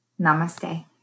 Namaste